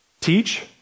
Teach